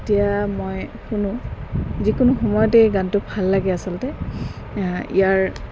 তেতিয়া মই শুনো যিকোনো সময়তে এই গানটো ভাল লাগে আচলতে ইয়াৰ